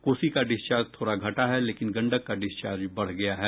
कोसी का डिस्चार्ज थोड़ा घटा है लेकिन गंडक का डिस्चार्ज बढ़ गया है